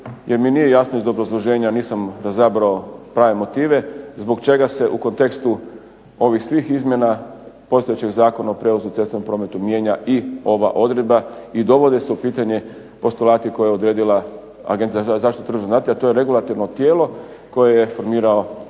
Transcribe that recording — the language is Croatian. jer mi nije jasno iz obrazloženja. Nisam razabrao prave motive zbog čega se u kontekstu ovih svih izmjena postojećeg Zakona o prijevozu u cestovnom prometu mijenja i ova odredba i dovode se u pitanje postulati koje je odredila Agencija za zaštitu tržišnog natjecanja, a to je regulatorno tijelo koje je formirao